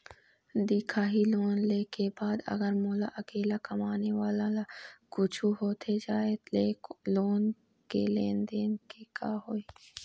दिखाही लोन ले के बाद अगर मोला अकेला कमाने वाला ला कुछू होथे जाय ले लोन के लेनदेन के का होही?